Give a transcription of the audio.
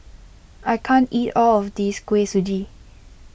I can't eat all of this Kuih Suji